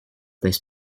this